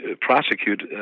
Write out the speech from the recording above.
Prosecute